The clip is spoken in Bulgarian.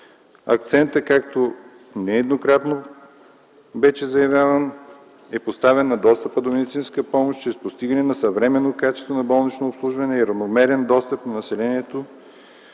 Акцентът, както нееднократно вече заявявах, е поставен на достъп до медицинска помощ чрез постигане на съвременно качество на болнично обслужване и равномерен достъп на населението